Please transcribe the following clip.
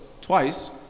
twice